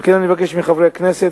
על כן אני מבקש מחברי הכנסת,